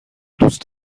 دوست